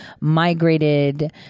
migrated